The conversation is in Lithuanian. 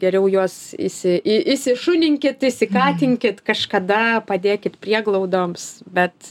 geriau juos įsi į įsišuninkit įsikatinkit kažkada padėkit prieglaudoms bet